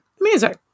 Amazing